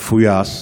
מפויס,